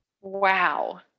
Wow